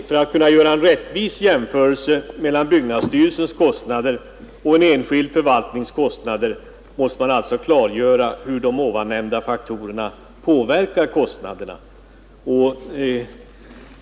För att kunna göra en rättvis jämförelse mellan byggnadsstyrelsens kostnader och en enskild förvaltnings kostnader måste man alltså klargöra hur de ovan nämnda faktorerna påverkar kostnaderna.